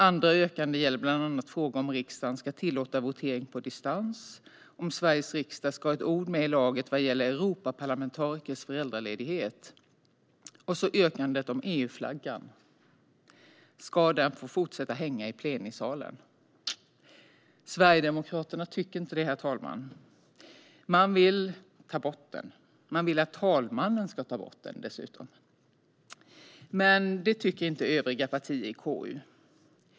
Andra yrkanden gäller bland annat frågor om riksdagen ska tillåta votering på distans och om Sveriges riksdag ska ha ett ord med i laget vad gäller Europaparlamentarikers föräldraledighet. Och så har vi yrkandet om EU-flaggan - ska den få fortsätta att hänga i plenisalen? Sverigedemokraterna tycker inte det, herr talman. Man vill att talmannen ska ta bort den, men det tycker inte övriga partier i KU.